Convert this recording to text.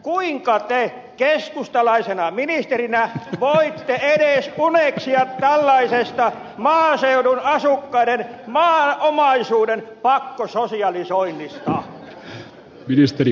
kuinka te keskustalaisena ministerinä voitte edes uneksia tällaisesta maaseudun asukkaiden maaomaisuuden pakkososialisoinnista